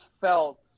felt